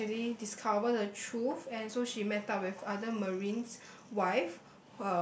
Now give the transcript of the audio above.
to actually discover the truth and so she met up with other marine's wife